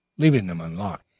leaving them unlocked,